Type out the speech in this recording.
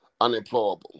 unemployable